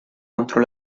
contro